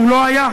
שהוא לא היה,